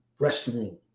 restroom